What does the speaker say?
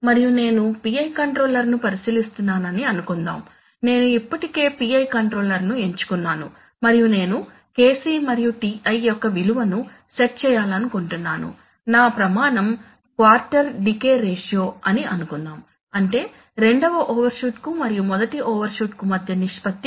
మరియు నేను PI కంట్రోలర్ను పరిశీలిస్తున్నానని అనుకుందాం నేను ఇప్పటికే PI కంట్రోలర్ను ఎంచుకున్నాను మరియు నేను KC మరియు Ti యొక్క విలువను సెట్ చేయాలనుకుంటున్నాను నా ప్రమాణం క్వార్టర్ డికే రేషియో అని అనుకుందాం అంటే రెండవ ఓవర్షూట్ కు మరియు మొదటి ఓవర్షూట్కు మధ్య నిష్పత్తి 0